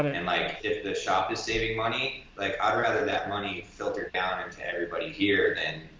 and and like if the shop is saving money, like i'd rather that money filter down into everybody here then,